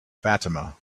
fatima